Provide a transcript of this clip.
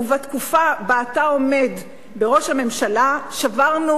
ובתקופה שבה אתה עומד בראש הממשלה שברנו